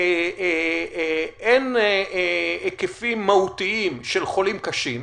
אין היקפים מהותיים של חולים קשים,